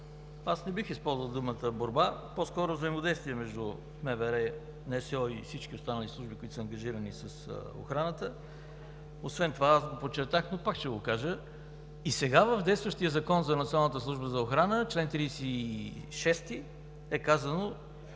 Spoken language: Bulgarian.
не бих използвал думата „борба“, по-скоро „взаимодействие“ между МВР, НСО и всички останали служби, ангажирани с охрана. Освен това аз подчертах, но пак ще го кажа: и сега в действащия Закон за Националната